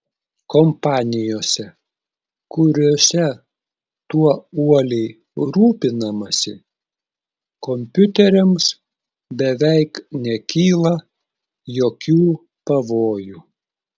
kompanijose kuriose tuo uoliai rūpinamasi kompiuteriams beveik nekyla jokių pavojų